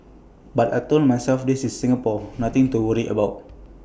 but I Told myself this is Singapore nothing to worry about